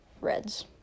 Reds